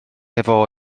efô